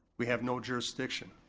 we have no jurisdiction.